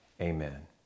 amen